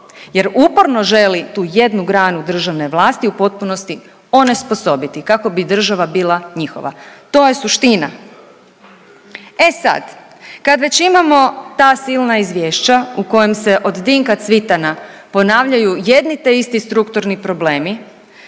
jer uporno želi tu jednu granu državne vlasti u potpunosti onesposobiti kako bi država bila njihova. To je suština. E sad, kad već imamo ta silna izvješća u kojem se od Dinka Cvitana ponavljaju jedni te isti strukturni problemi